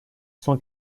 son